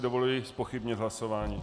Dovoluji si zpochybnit hlasování.